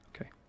okay